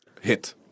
Hit